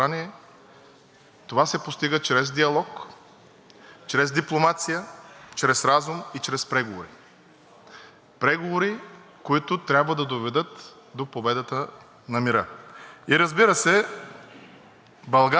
преговори, които трябва да доведат до победата на мира. И разбира се, България може да се включи, трябваше да се включи в тези действия, начело с Европейския съюз,